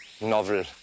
Novel